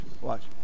Watch